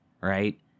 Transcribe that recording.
Right